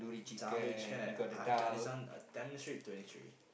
ah Tamil street twenty three